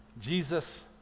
Jesus